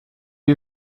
you